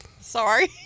sorry